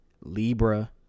Libra